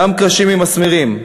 גם קרשים עם מסמרים.